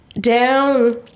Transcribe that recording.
down